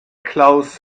klaus